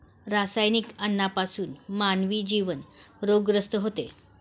रासायनिक अन्नापासून मानवी जीवन रोगग्रस्त होते